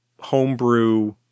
homebrew